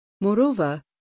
Moreover